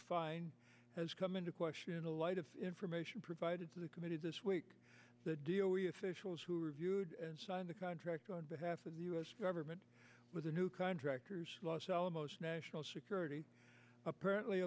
infected has come into question in a light of information provided to the committee this week the deal we officials who reviewed and signed the contract on behalf of the u s government with a new contract los alamos national security apparently